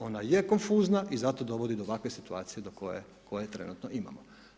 Ona je konfuzna i zato dovodi do ovakve situacije do koje trenutno imamo.